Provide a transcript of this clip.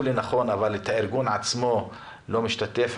לנכון להשתתף אבל הארגון עצמו לא משתתף.